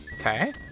Okay